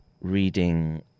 reading